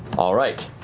all right,